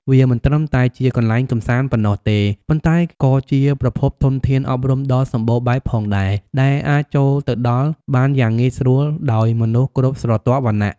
វាមិនត្រឹមតែជាកន្លែងកម្សាន្តប៉ុណ្ណោះទេ ប៉ុន្តែក៏ជាប្រភពធនធានអប់រំដ៏សម្បូរបែបផងដែរ ដែលអាចចូលទៅដល់បានយ៉ាងងាយស្រួលដោយមនុស្សគ្រប់ស្រទាប់វណ្ណៈ។